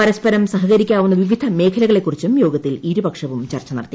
പരസ്പരം സഹകരിക്കാവുന്ന വിവിധ മേഖലകളെക്കുറിച്ചുക യോഗത്തിൽ ഇരുപക്ഷവും ചർച്ച നടത്തി